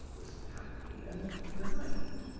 was happy, and died.